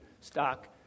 stock